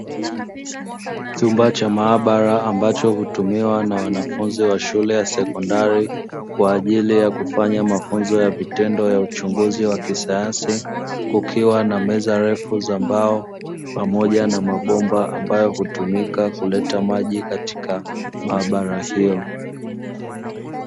Chumba cha maabara ambacho hutumiwa na wanafunzi wa shule ya sekondari, kwa ajili ya kufanya mafunzo ya vitendo ya uchunguzi wa kisayansi; kukiwa na meza ndefu za mbao pamoja na mabomba ambayo hutumika kuleta maji katika maabara hiyo.